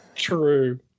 True